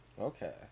Okay